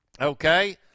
Okay